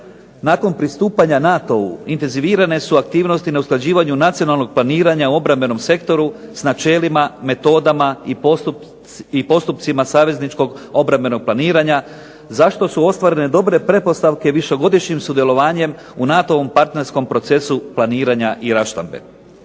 Nakon pristupanja NATO-u intenzivirane su aktivnosti na usklađivanju nacionalnog planiranja u obrambenom sektoru sa načelima, metodama i postupcima savezničkog obrambenog planiranja, za što su ostvarene dobre pretpostavke višegodišnjim sudjelovanjem u NATO-vom partnerskog procesu planiranja i raščlambe.